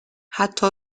حتی